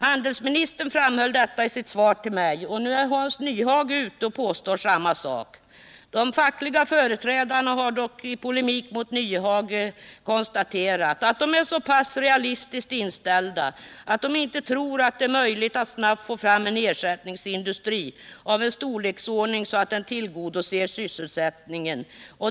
Handelsministern framhöll detta i sitt svar till mig, och nu är Hans Nyhage ute och påstår samma sak. De fackliga företrädarna har dock i polemik mot Hans Nyhage konstaterat att de är så pass realistiskt inställda att de inte tror att det är möjligt att snabbt få fram en ersättningsindustri av en sådan storleksordning att den tillgodoser sysselsättningen.